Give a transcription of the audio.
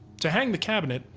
to hang the cabinet,